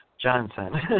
Johnson